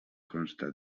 consta